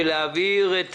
להעביר את